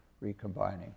recombining